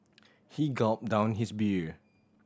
he gulped down his beer